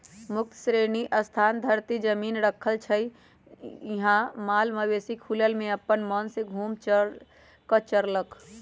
मुक्त श्रेणी स्थान परती जमिन रखल जाइ छइ जहा माल मवेशि खुलल में अप्पन मोन से घुम कऽ चरलक